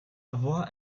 voix